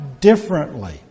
differently